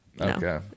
okay